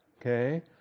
okay